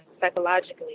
psychologically